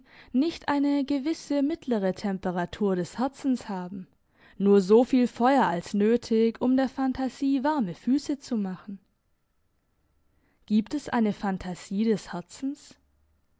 nicht eine gewisse mittlere temperatur des herzens haben nur soviel feuer als nötig um der phantasie warme füsse zu machen gibt es eine phantasie des herzens